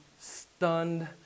stunned